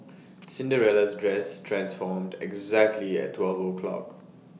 Cinderella's dress transformed exactly at twelve o'clock